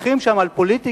מתווכחים שם על פוליטיקה,